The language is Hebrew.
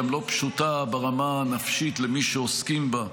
גם לא פשוטה ברמה הנפשית למי שעוסקים בה,